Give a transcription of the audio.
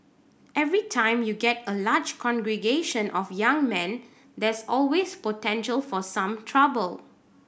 every time you get a large congregation of young men there's always potential for some trouble